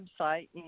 website